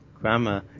grammar